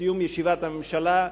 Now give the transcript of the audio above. בסיום ישיבת הממשלה,